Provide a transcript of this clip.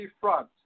front